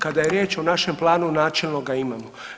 Kada je riječ o našem planu načelno ga imamo.